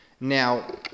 Now